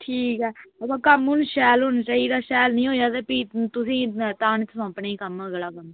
ठीक ऐ अवा कम्म हून शैल होना चाहिदा शैल निं होएआ ते भी तुसें ई तां निं सौंपना ई कम्म अगला कम्म